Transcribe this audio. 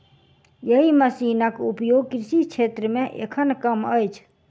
एहि मशीनक उपयोग कृषि क्षेत्र मे एखन कम अछि